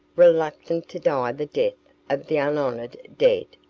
reluctant to die the death of the unhonoured dead,